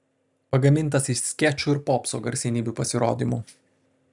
pagamintas iš skečų ir popso garsenybių pasirodymų